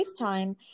FaceTime